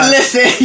Listen